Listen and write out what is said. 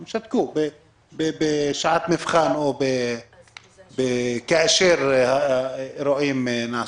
הם שתקו בשעת מבחן או כאשר ראו מה נעשה.